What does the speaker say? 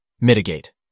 Mitigate